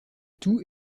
tout